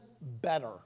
better